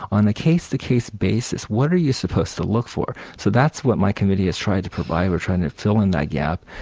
on a case to case basis, what are you supposed to look for? so that's what my committee has tried to put right, or trying to fill in that gap.